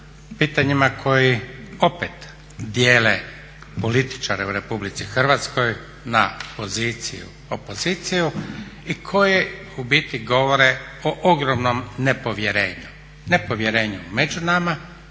pitanjima koji opet dijele političare u Republici Hrvatskoj na poziciju, opoziciju i koji u biti govore o ogromnom nepovjerenju, nepovjerenju među nama